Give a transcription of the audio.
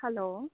hello